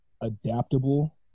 adaptable